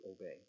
obey